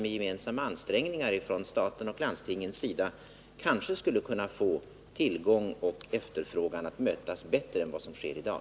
Med gemensamma ansträngningar från statens och landstingens sida tror jag att vi kanske skulle kunna få tillgång och efterfrågan inom sådana sektorer att mötas bättre än vad som sker i dag.